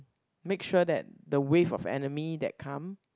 make sure that the wave of enemy that come